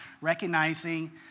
recognizing